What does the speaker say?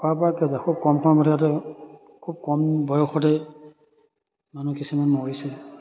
খোৱাৰ পৰা কি হৈছে খুব কম সময় ভিতৰতে খুব কম বয়সতে মানুহ কিছুমান মৰিছে